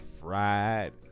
fried